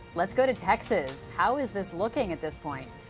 let's go to texas. how is this looking at this point?